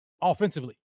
offensively